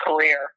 career